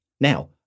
now